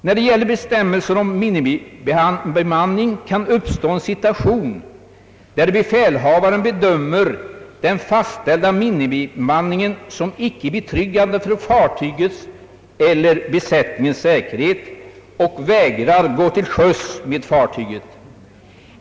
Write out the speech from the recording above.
När det gäller bestämmelsen om minimibemanning kan uppstå en situation, där befälhavaren bedömer den fastställda minimibemanningen som icke betryggande för fartygets eller besättningens säkerhet och vägrar att gå till sjöss med fartyget.